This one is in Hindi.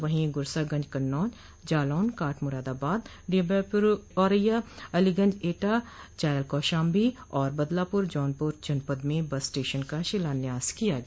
वहीं गुरसागंज कन्नौज जालौन काठ मुरादाबाद डिबियापुर औरैया अलीगंज एटा चायल कौशाम्बी और बदलापुर जौनपुर जनपद में बस स्टेशन का शिलान्यास किया गया